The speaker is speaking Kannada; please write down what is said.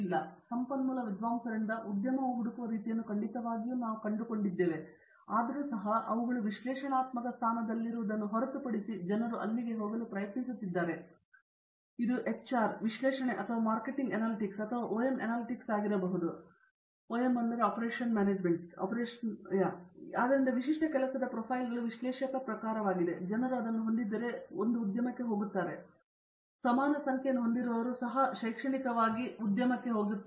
ಆದ್ದರಿಂದ ನಮ್ಮ ಸಂಪನ್ಮೂಲ ವಿದ್ವಾಂಸರಿಂದ ಉದ್ಯಮವು ಹುಡುಕುವ ರೀತಿಯನ್ನು ಖಂಡಿತವಾಗಿಯೂ ನಾವು ಕಂಡುಕೊಂಡಿದ್ದರೂ ಸಹ ಅವುಗಳು ವಿಶ್ಲೇಷಣಾತ್ಮಕ ಸ್ಥಾನದಲ್ಲಿರುವುದನ್ನು ಹೊರತುಪಡಿಸಿ ಜನರು ಅಲ್ಲಿಗೆ ಹೋಗಲು ಪ್ರಯತ್ನಿಸುತ್ತಿದ್ದಾರೆ ಇದು HR ವಿಶ್ಲೇಷಣೆ ಅಥವಾ ಮಾರ್ಕೆಟಿಂಗ್ ಅನಾಲಿಟಿಕ್ಸ್ ಅಥವಾ OM ಅನಾಲಿಟಿಕ್ಸ್ ಆಗಿರಬಹುದು ಆದ್ದರಿಂದ ವಿಶಿಷ್ಟ ಕೆಲಸದ ಪ್ರೊಫೈಲ್ಗಳು ವಿಶ್ಲೇಷಕ ಪ್ರಕಾರವಾಗಿದೆ ಜನರು ಅದನ್ನು ಹೊಂದಿದ್ದರೆ ಒಂದು ಉದ್ಯಮಕ್ಕೆ ಹೋಗುತ್ತಾರೆ ಆದರೆ ಸಮಾನ ಸಂಖ್ಯೆಯನ್ನು ಹೊಂದಿರುವವರು ಸಹ ಶೈಕ್ಷಣಿಕವಾಗಿ ಉದ್ಯಮಕ್ಕೆ ಹೋಗುತ್ತಾರೆ